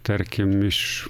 tarkim iš